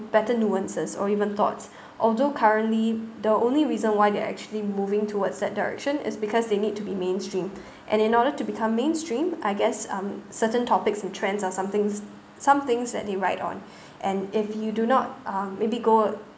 better nuances or even thoughts although currently the only reason why they're actually moving towards that direction is because they need to be mainstream and in order to become mainstream I guess um certain topics and trends are some things some things that they write on and if you do not um maybe go